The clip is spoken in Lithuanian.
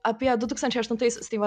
apie du tūkstančiai aštuntais tai va